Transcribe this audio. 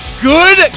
Good